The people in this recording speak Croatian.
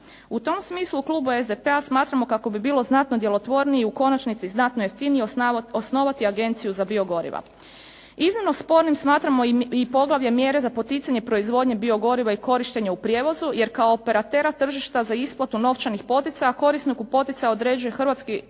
U tom smislu u klubu SDP-a smatramo kako bi bilo znatno djelotvornije i u konačnici znatno jeftiniji, osnovati agenciju za biogoriva. Iznimno spornim smatramo i poglavlje mjere za poticanje proizvodnje biogoriva i korištenje u prijevozu, jer kao operatera tržišta za isplatu novčanih poticaja korisniku poticaja određuje Hrvatski